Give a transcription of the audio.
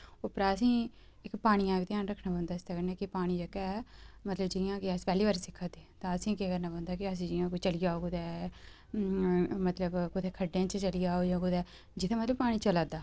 उप्परा असे ईं इक पानियै दा बी ध्यान रक्खना पौंदा ऐ इसदे कन्नै कि जेह्का ऐ मतलब जि'यां कि अस पैह्ली बारी सिक्खै दे तां असें ई केह् करना पौंदा कि जि'यां चली जाओ कुतै मतलब कुतै खड्डें च चली जाओ जां कुतै जित्थै मतलब पानी चलै दा